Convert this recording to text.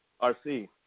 RC